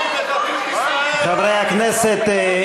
חברי הכנסת.